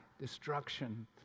destruction